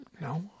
no